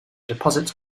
deposits